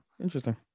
Interesting